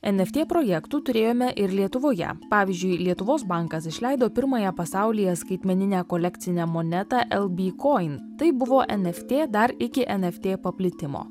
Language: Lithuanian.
eft projektų turėjome ir lietuvoje pavyzdžiui lietuvos bankas išleido pirmąją pasaulyje skaitmeninę kolekcinę monetą el bi kojin tai buvo eft dar iki eft paplitimo